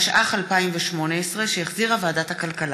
72), התשע"ח 2018, שהחזירה ועדת הכלכלה.